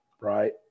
right